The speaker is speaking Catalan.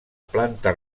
planta